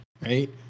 right